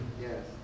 Yes